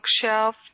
bookshelf